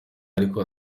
ariko